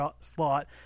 slot